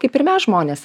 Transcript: kaip ir mes žmonės